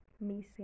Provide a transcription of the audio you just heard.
missing